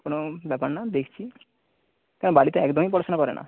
কোনো ব্যাপার না দেখছি কেন বাড়িতে একদমই পড়াশোনা করে না